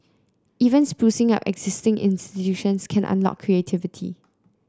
even sprucing up existing institutions can unlock creativity